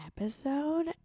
episode